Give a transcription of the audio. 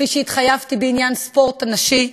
כפי שהתחייבתי בעניין הספורט הנשי,